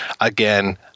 Again